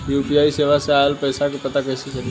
UPI सेवा से ऑयल पैसा क पता कइसे चली?